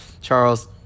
Charles